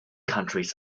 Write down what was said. countries